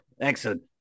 excellent